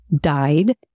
died